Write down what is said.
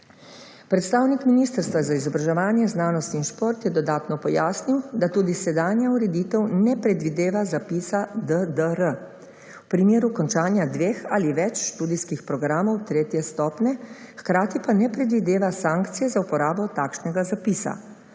Predstavnik Ministrstva za izobraževanje, znanost in šport je dodatno pojasnil, da tudi sedanja ureditev ne predvideva zapisa ddr. v primeru končanja dveh ali več študijskih programov tretje stopnje, hkrati pa ne predvideva sankcije za uporabo takšnega zapisa.